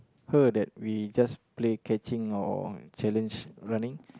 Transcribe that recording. her that we just play catching or challenge running